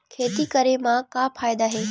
खेती करे म का फ़ायदा हे?